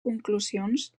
conclusions